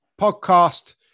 podcast